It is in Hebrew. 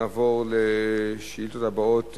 נעבור לשאילתות הבאות,